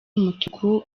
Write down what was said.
umutuku